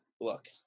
look